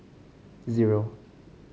zero